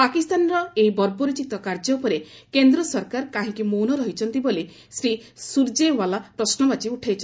ପାକିସ୍ତାନର ଏହି ବର୍ବରୋଚିତ କାର୍ଯ୍ୟ ଉପରେ କେନ୍ଦ୍ର ସରକାର କହିଁକି ମୌନ ରହିଛନ୍ତି ବୋଲି ଶ୍ରୀ ସୁରଜେଓ୍ୱାଲା ପ୍ରଶ୍ନବାଚୀ ଉଠାଇଛନ୍ତି